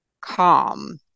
calm